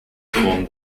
form